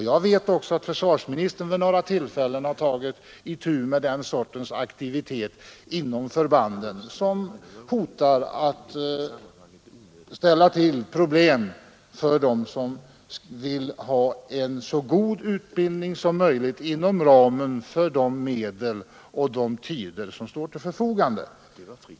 Jag vet också att försvarsministern vid några tillfällen har tagit itu med den sortens aktivitet inom förbanden som hotar att ställa till problem för dem som söker ordna en så god utbildning som möjligt inom ramen för de medel och tider som står till förfogande.